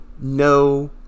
no